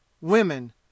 women